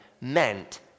meant